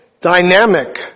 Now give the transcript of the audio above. dynamic